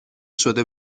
شده